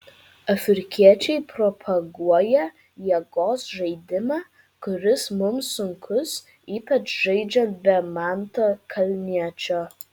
afrikiečiai propaguoja jėgos žaidimą kuris mums sunkus ypač žaidžiant be manto kalniečio